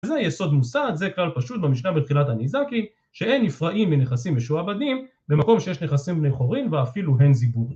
זה יסוד מוסד, זה כלל פשוט במשנה בתחילת הניזקין שאין נפרעים מנכסים משועבדים במקום שיש נכסים בני חורים ואפילו אין זיבורים